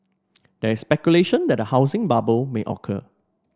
there is speculation that a housing bubble may occur